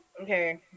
Okay